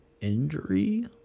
injury